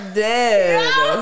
dead